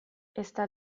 ezta